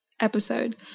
episode